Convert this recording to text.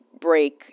break